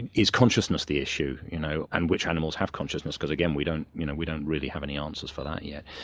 and is consciousness the issue, you know and which animals have consciousness because again we don't you know we don't really have any answers for that yet.